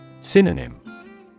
Synonym